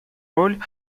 роль